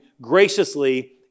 graciously